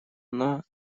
она